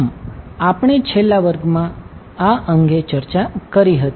આમ આપણે છેલ્લા વર્ગમાં આ અંગે ચર્ચા કરી હતી